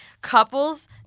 couples